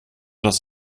das